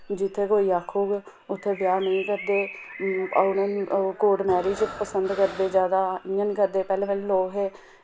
जित्थै कोई आखग उत्थै ब्याह् नेईं करदे होर ओह् कोर्ट मैरिज करदे जैदा हून करदे पैह्लें पैह्लें लोग हे